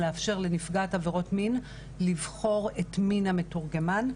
לאפשר לנפגעת עבירות מין לבחור את מין המתורגמן.